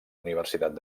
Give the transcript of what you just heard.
universitat